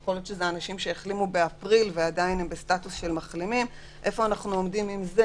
צריך לראות איפה אנחנו עומדים עם זה.